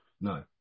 No